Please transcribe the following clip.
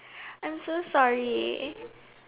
I'm so sorry